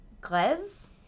Glez